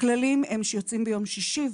הכללים הם שיוצאים ביום שישי,